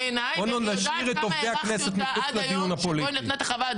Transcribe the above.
בואו נשאיר את עובדי הכנסת מחוץ לדיון הפוליטי.